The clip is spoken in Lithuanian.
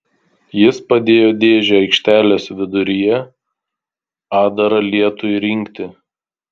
jis padėjo dėžę aikštelės viduryje atdarą lietui rinkti